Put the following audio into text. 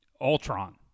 Ultron